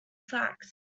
fact